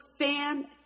Fantastic